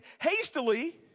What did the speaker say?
hastily